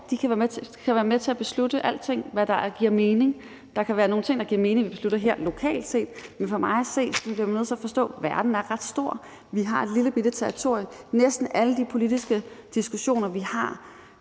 de kan være med til at beslutte alting der, hvor giver mening. Der kan være nogle ting, det giver mening at vi beslutter her lokalt, men for mig at se bliver vi nødt til at forstå, at verden er ret stor; vi har et lillebitte territorie; næsten alle de politiske diskussioner, vi har,